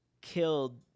killed